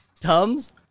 Tums